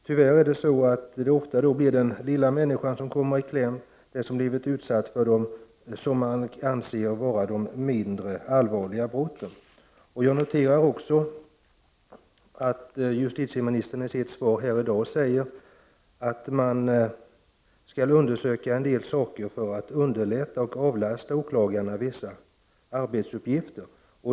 Tyvärr kommer ofta den lilla människan i kläm, den som har blivit utsatt för det som anses vara ett mindre allvarligt brott. Jag noterar att justitieministern i sitt svar här i dag säger att man skall undersöka en del saker för att kunna underlätta för och avlasta åklagarna vissa arbetsuppgifter.